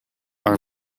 are